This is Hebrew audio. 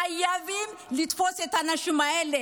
חייבים לתפוס את האנשים האלה.